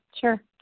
sure